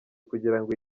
kugirango